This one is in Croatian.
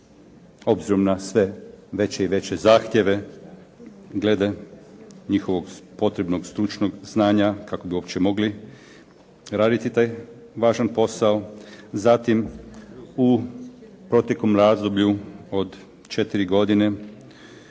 obzirom na sve veće i veće zahtjeve glede njihovog potrebnog stručnog znanja kako bi uopće mogli raditi taj važan posao, zatim u proteklom razdoblju od četiri godine